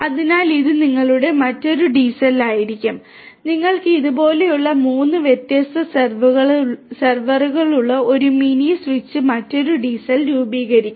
അതിനാൽ ഇത് നിങ്ങളുടെ മറ്റൊരു DCell ആയിരിക്കും നിങ്ങൾക്ക് ഇത് പോലെയുള്ള 3 വ്യത്യസ്ത സെർവറുകളുള്ള ഒരു മിനി സ്വിച്ച് മറ്റൊരു DCell രൂപീകരിക്കും